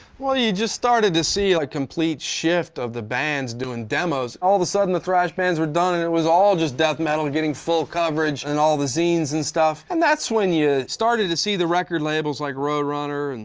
well, you just started to see a complete shift in the bands doing demos. all the sudden the thrash bands were done and it was all just death metal getting full coverage in and all the zines and stuff, and that's when you started to see the record labels like roadrunner, and